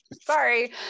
Sorry